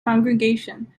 congregation